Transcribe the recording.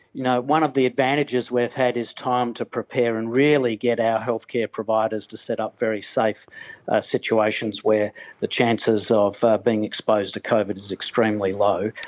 you know one of the advantages we've had is time to prepare and really get our healthcare providers to set up very safe situations where the chances of being exposed to covid is extremely low,